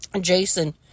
Jason